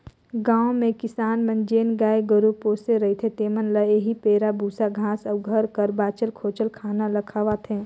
गाँव में किसान मन जेन गाय गरू पोसे रहथें तेमन ल एही पैरा, बूसा, घांस अउ घर कर बांचल खोंचल खाना ल खवाथें